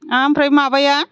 ओमफ्राय माबाया